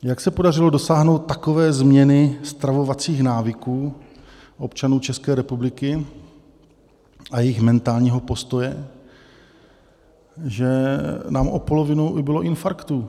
Jak se podařilo dosáhnout takové změny stravovacích návyků občanů České republiky a jejich mentálního postoje, že nám o polovinu ubylo infarktů?